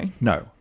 No